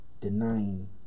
denying